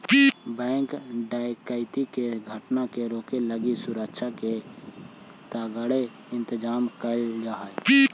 bank डकैती के घटना के रोके लगी सुरक्षा के तगड़े इंतजाम कैल जा हइ